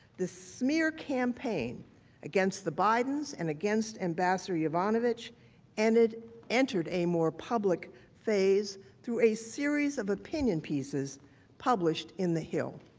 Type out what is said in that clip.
the smear campaign against the bidens and against ambassador yovanovitch and entered a more public phase through a series of opinion pieces published in the hill.